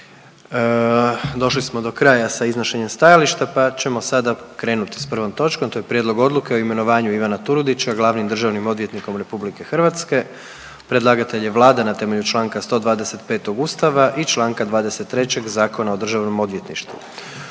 Došli smo do kraja sa iznošenjem stajališta pa ćemo sada krenuti s prvom točkom, to je: - Prijedlog Odluke o imenovanju Ivana Turudića glavnim državnim odvjetnikom RH Predlagatelj je Vlada na temelju Članka 125. Ustava i Članka 23. Zakona o državnim odvjetništvima.